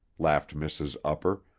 laughed mrs. upper,